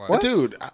dude